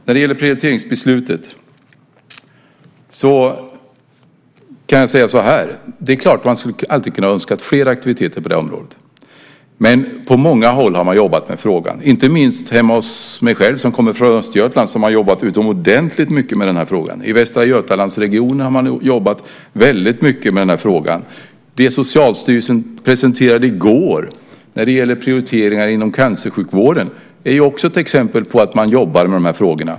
När det gäller prioriteringsbeslutet kan jag säga så här: Det är klart att man alltid skulle kunna önska fler aktiviteter på området, men på många håll har man jobbat med frågan. Inte minst hemma hos mig själv - jag kommer från Östergötland - har man jobbat utomordentligt mycket med den här frågan. I Västra Götalandsregionen har man jobbat väldigt mycket med den här frågan. Det Socialstyrelsen presenterade i går om prioriteringar inom cancersjukvården är ju också ett exempel på att man jobbar med de här frågorna.